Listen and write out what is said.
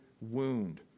wound